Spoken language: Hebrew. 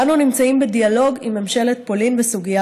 ואנו נמצאים בדיאלוג עם ממשלת פולין בסוגיה